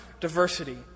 diversity